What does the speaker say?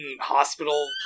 hospital